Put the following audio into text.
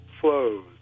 flows